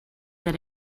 that